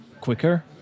quicker